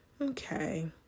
okay